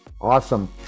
Awesome